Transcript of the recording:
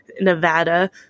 nevada